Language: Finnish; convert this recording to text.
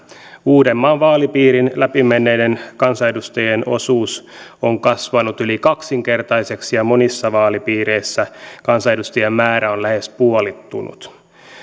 uudenmaan vaalipiirin läpimenneiden kansanedustajien osuus on kasvanut yli kaksinkertaiseksi ja monissa vaalipiireissä kansanedustajien määrä on lähes puolittunut